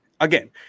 again –